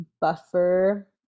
buffer